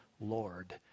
Lord